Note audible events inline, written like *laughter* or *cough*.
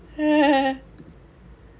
*laughs*